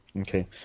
Okay